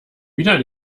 wieder